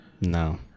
No